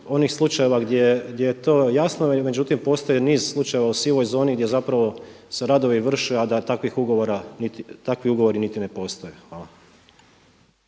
onih slučajeva gdje je to jasno, međutim postoji niz slučajeva u sivoj zoni gdje se radovi vrše, a da takvi ugovori niti ne postoje. Hvala.